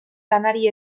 lanari